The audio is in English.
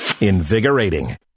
Invigorating